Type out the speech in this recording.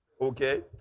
Okay